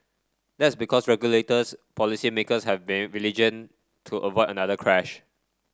that's because regulators policy makers have been vigilant to avoid another crash